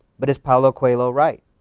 but is paulo coelho right?